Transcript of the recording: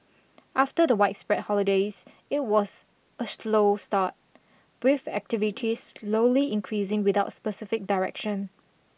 after the widespread holidays it was a slow start with activity slowly increasing without specific direction